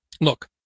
look